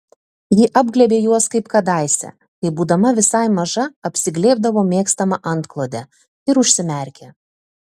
ji apglėbė juos kaip kadaise kai būdama visai maža apsiglėbdavo mėgstamą antklodę ir užsimerkė